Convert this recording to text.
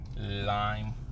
lime